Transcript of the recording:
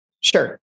Sure